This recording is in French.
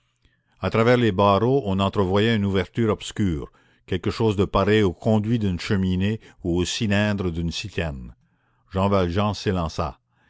à travers les barreaux on entrevoyait une ouverture obscure quelque chose de pareil au conduit d'une cheminée ou au cylindre d'une citerne jean valjean s'élança